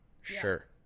sure